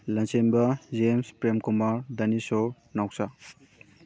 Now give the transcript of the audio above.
ꯂꯟꯆꯦꯟꯕ James Premkumar Dhaneshor ꯅꯥꯎꯆꯥ